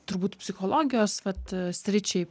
turbūt psichologijos vat sričiai